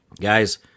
Guys